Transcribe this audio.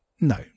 No